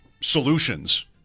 solutions